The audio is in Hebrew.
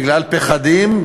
בגלל פחדים,